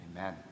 Amen